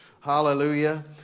hallelujah